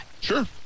Sure